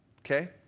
Okay